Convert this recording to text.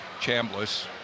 Chambliss